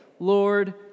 Lord